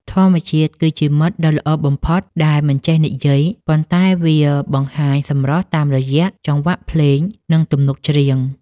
ធម្មជាតិគឺជាមិត្តដ៏ល្អបំផុតដែលមិនចេះនិយាយ ប៉ុន្តែវាបង្ហាញសម្រស់តាមរយៈចង្វាក់ភ្លេង និងទំនុកច្រៀង។